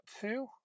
two